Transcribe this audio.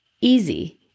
easy